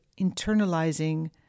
internalizing